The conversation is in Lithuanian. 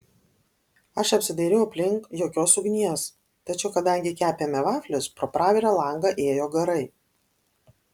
aš apsidairiau aplink jokios ugnies tačiau kadangi kepėme vaflius pro pravirą langą ėjo garai